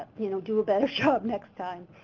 ah you know do a better job next time.